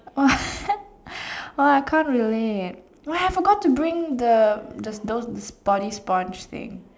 what oh I can't relate oh ya forgot to bring the the those body sponge thing